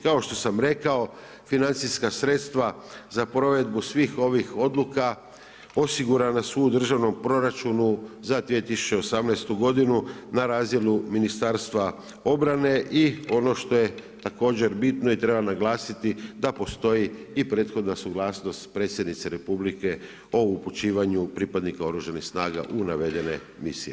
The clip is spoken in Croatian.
Kao što sam rekao financijska sredstva za provedbu svih ovih odluka osigurana su u državnom proračunu za 2018. godinu na razdjelu Ministarstva obrane i ono što je također bitno i treba naglasiti da postoji i prethodna suglasnost predsjednice Republike o upućivanju pripadnika Oružanih snaga u navedene misije.